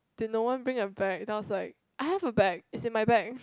did no one bring a bag then I was like I have a bag it's in my bag